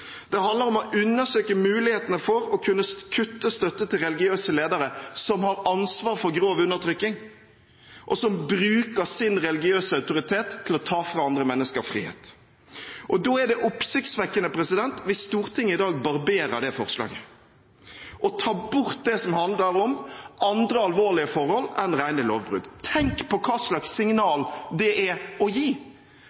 Det handler om å undersøke mulighetene for å kunne kutte støtte til religiøse ledere som har ansvar for grov undertrykking, og som bruker sin religiøse autoritet til å ta fra andre mennesker frihet. Da er det oppsiktsvekkende hvis Stortinget i dag barberer det forslaget og tar bort det som handler om andre alvorlige forhold enn rene lovbrudd. Tenk på hva slags